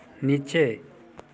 नीचे